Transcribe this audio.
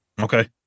Okay